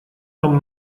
нам